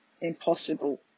impossible